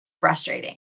frustrating